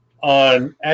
on